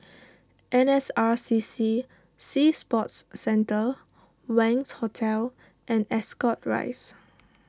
N S R C C Sea Sports Centre Wangz Hotel and Ascot Rise